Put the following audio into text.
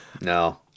no